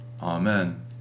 Amen